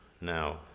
now